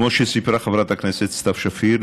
כמו שסיפרה חברת הכנסת סתיו שפיר,